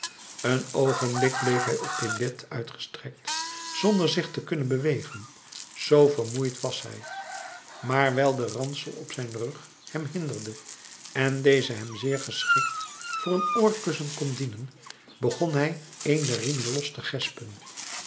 een oogenblik bleef hij op dit bed uitgestrekt zonder zich te kunnen bewegen zoo vermoeid was hij maar wijl de ransel op zijn rug hem hinderde en deze hem zeer geschikt voor een oorkussen kon dienen begon hij een der riemen los